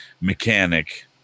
mechanic